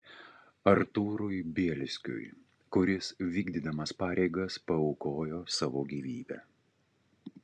artūrui bielskiui kuris vykdydamas pareigas paaukojo savo gyvybę